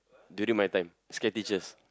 during my time scare teachers